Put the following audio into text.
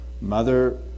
mother